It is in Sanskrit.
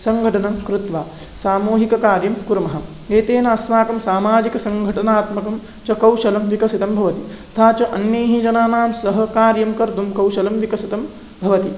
सङ्घटनं कृत्वा सामूहिककार्यं कुर्मः एतेन अस्माकं सामाजिकं सङ्घटनात्मकं च कौशलं विकसितं भवति तथा च अन्यैः जनानां सहकार्यं कर्तुं कौशलं विकसितं भवति